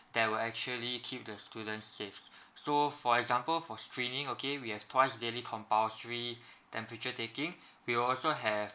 that will actually keep the students safe so for example for screening okay we have twice daily compulsory temperature taking we'll also have